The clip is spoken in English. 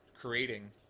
creating